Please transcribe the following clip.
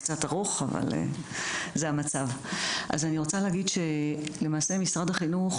אני רוצה להגיד שלמעשה משרד החינוך,